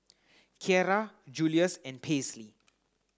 Kierra Julius and Paisley